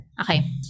Okay